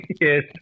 Yes